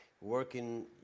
Working